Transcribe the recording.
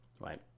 right